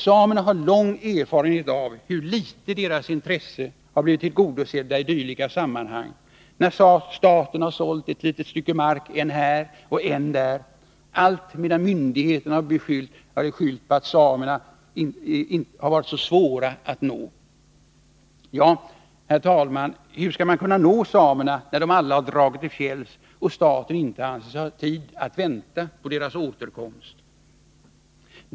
Samerna har lång erfarenhet av hur litet deras intressen blivit tillgodosedda i dylika sammanhang, när staten sålt ett litet stycke mark än här, än där, allt medan myndigheterna skyllt på att berörda samer varit så svåra att nå. Ja, herr talman, hur skall man kunna nå samerna när de alla dragit till fjälls och staten inte anser sig ha tid att vänta på deras återkomst!